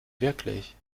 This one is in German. wirklich